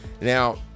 Now